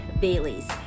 Baileys